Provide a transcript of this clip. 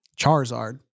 Charizard